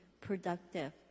productive